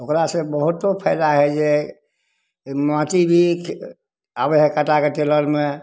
ओकरासे बहुतो फायदा हइ जे माटि भी आबै हइ कटाके टेलरमे